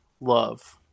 love